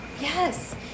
yes